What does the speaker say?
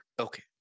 Okay